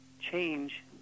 change